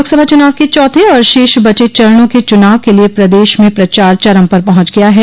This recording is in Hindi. लोकसभा चुनाव के चौथे और शेष बचे चरणों के चूनाव के लिये प्रदेश में प्रचार चरम पर पहुंच गया है